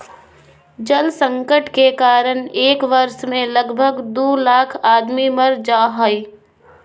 जल संकट के कारण एक वर्ष मे लगभग दू लाख आदमी मर जा हय